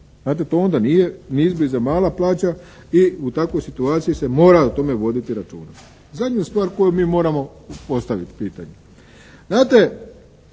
Znate, to onda nije ni izbliza mala plaća i u takvoj situaciji se mora o tome voditi računa. Zadnju stvar koju mi moramo postaviti pitanje. Znate,